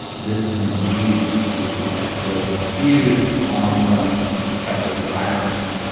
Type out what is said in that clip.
this can lead to escalating feuds, long-running cycles of violence.